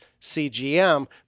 CGM